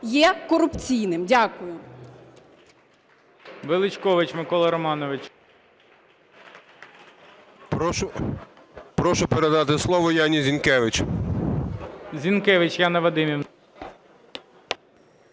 є корупційним! Дякую.